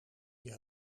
die